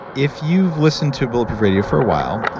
if you've listened to bulletproof radio for a while,